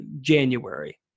January